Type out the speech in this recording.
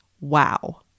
wow